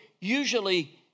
usually